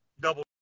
double